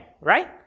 right